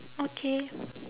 okay